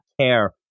care